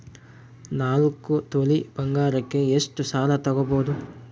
ನಾಲ್ಕು ತೊಲಿ ಬಂಗಾರಕ್ಕೆ ಎಷ್ಟು ಸಾಲ ತಗಬೋದು?